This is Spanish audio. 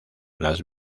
las